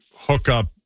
hookup